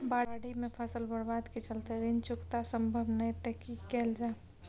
बाढि में फसल बर्बाद के चलते ऋण चुकता सम्भव नय त की कैल जा?